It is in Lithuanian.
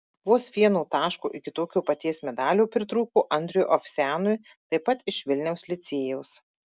vos vieno taško iki tokio paties medalio pritrūko andriui ovsianui taip pat iš vilniaus licėjaus